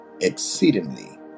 exceedingly